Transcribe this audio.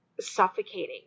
suffocating